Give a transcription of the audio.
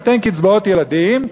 ניתן קצבאות ילדים,